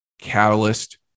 catalyst